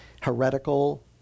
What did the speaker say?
Heretical